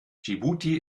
dschibuti